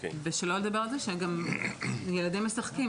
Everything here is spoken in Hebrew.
ושלא לדבר על זה שכשילדים משחקים,